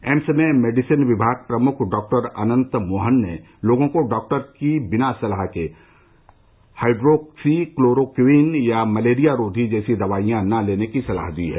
AIIMS में medicine विभाग प्रमुख डॉक्टर अनंत मोहन ने लोगों को डॉक्टर की बिना सलाह के हाईड्रोक्सी क्लोरोक्चीन या मलेरिया रोधी जैसी दवाईयां न लेने की सलाह दी है